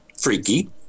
Freaky